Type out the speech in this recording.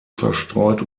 verstreut